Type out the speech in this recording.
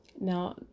Now